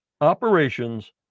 operations